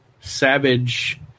Savage